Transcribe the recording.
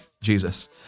Jesus